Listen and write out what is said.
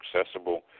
accessible